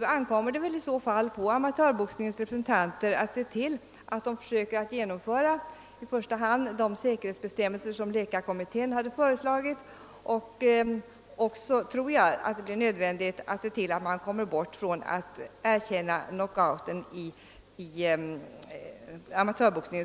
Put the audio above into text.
det ankommer på amatörboxningens representanter att försöka genomföra i första hand de säkerhetsbestämmelser som läkarkommittén hade föreslagit. Jag tror också att det blir nödvändigt att komma bort från ett erkännande av knockouten som poänggivande inom amatörboxningen.